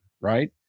Right